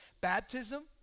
Baptism